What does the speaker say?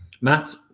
Matt